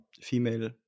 female